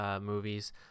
movies